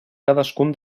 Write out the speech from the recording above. cadascun